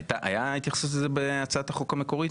הייתה התייחסות לזה בהצעת החוק המקורית?